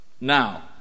now